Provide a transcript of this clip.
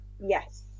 Yes